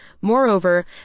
Moreover